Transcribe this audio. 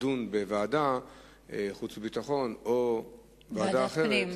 לדון בוועדת החוץ והביטחון או בוועדה אחרת,